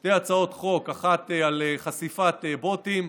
שתי הצעות חוק, אחת שמדברת על חשיפת בוטים,